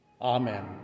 amen